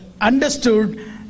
understood